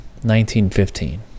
1915